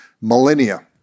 millennia